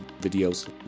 videos